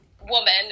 woman